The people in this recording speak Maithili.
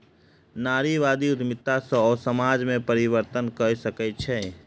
नारीवादी उद्यमिता सॅ ओ समाज में परिवर्तन कय सकै छै